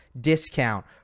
discount